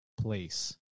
place